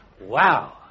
Wow